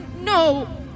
No